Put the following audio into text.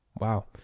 wow